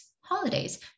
holidays